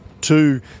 two